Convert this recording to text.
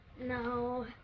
No